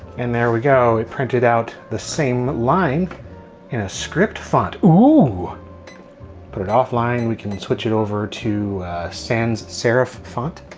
and there we go. it printed out the same line in a script font. oh put it offline we can switch it over to sans serif font.